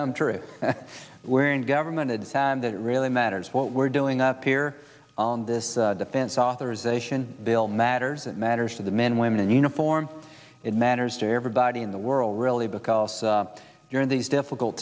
going through we're in government to decide that it really matters what we're doing up here on this defense authorization bill matters it matters to the men women and uniform it matters to everybody in the world really because during these difficult